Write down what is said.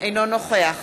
אינו נוכח